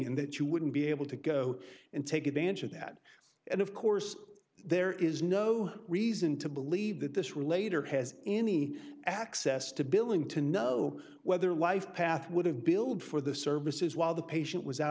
that you wouldn't be able to go and take advantage of that and of course there is no reason to believe that this relator has any access to billing to know whether life path would have billed for the services while the patient was out